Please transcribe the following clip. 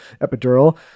epidural